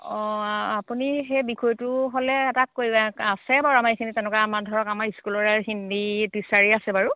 অঁ আপুনি সেই বিষয়টো হ'লে এটা আছে বাৰু আমাৰ এইখিনিত এনেকুৱা আমাৰ ধৰক আমাৰ স্কুলৰে হিন্দী টিচাৰে আছে বাৰু